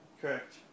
Correct